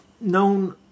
known